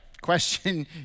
question